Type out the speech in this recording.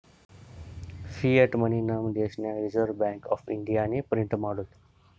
fiat money ನಮ್ ದೇಶನಾಗ್ reserve bank of ಇಂಡಿಯಾನೆ ಪ್ರಿಂಟ್ ಮಾಡ್ತುದ್